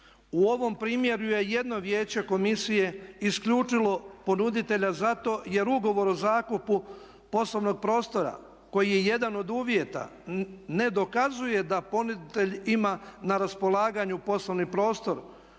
U ovom primjeru je jedno vijeće komisije isključilo ponuditelja zato jer ugovor o zakupu poslovnog prostora koji je jedan od uvjeta ne dokazuje da ponuditelj ima na raspolaganju poslovni prostor